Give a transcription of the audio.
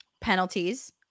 penalties